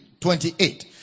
28